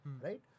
Right